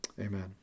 Amen